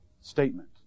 statement